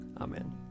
Amen